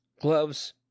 gloves